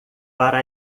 para